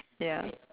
ya